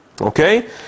Okay